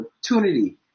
opportunity